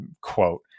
quote